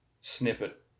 snippet